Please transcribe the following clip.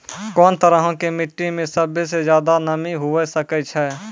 कोन तरहो के मट्टी मे सभ्भे से ज्यादे नमी हुये सकै छै?